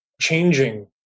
changing